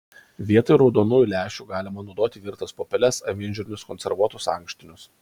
vietoj raudonųjų lęšių galima naudoti virtas pupeles avinžirnius konservuotus ankštinius